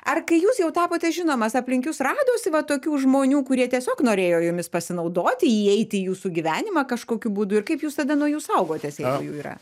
ar kai jūs jau tapote žinomas aplink jus radosi va tokių žmonių kurie tiesiog norėjo jumis pasinaudoti įeiti į jūsų gyvenimą kažkokiu būdu ir kaip jūs tada nuo jų saugotės jeigu jų yra